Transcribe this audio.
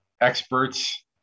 experts